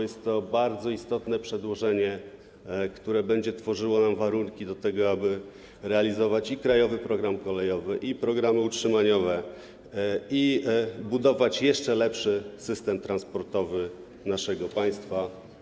Jest to bardzo istotne przedłożenie, które będzie stwarzało nam warunki do tego, aby realizować krajowy program kolejowy i programy utrzymaniowe oraz budować jeszcze lepszy system transportowy naszego państwa.